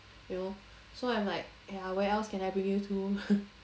you know so I'm like !aiya! where else can I bring you to